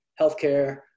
healthcare